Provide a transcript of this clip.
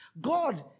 God